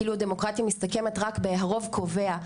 כאילו הדמוקרטיה מסתכמת רק ב-הרוב קובע,